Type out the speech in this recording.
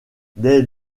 dès